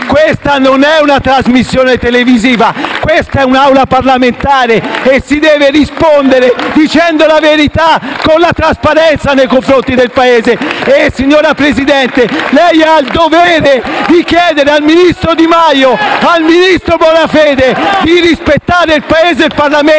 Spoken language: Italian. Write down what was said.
Questa non è una trasmissione televisiva; questa è un'Aula parlamentare e si deve rispondere dicendo la verità con la trasparenza nei confronti del Paese. *(Applausi dal Gruppo PD)*. Signor Presidente, lei ha il dovere di chiedere ai ministri Di Maio e Bonafede di rispettare il Paese e il Parlamento,